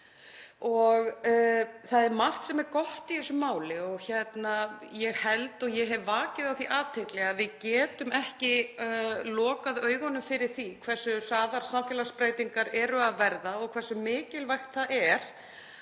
Það er margt sem er gott í þessu máli og ég held, og hef vakið á því athygli, að við getum ekki lokað augunum fyrir því hversu hraðar samfélagsbreytingar eru að verða og hversu mikilvægt það er